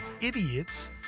idiots